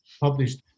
published